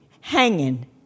hanging